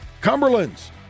Cumberland's